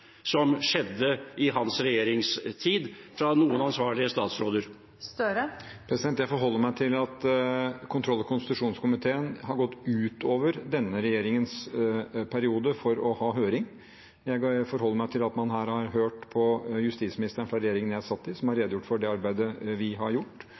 som skjedde i hans regjeringstid fra noen ansvarlige statsråder? Jeg forholder meg til at kontroll- og konstitusjonskomiteen har gått ut over denne regjeringens periode for å ha høring. Jeg forholder meg til at man har hørt justisministeren fra regjeringen jeg satt i, som har